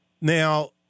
Now